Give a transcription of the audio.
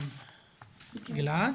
כן, גלעד.